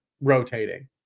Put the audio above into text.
rotating